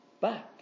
back